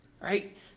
right